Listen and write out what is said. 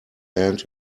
end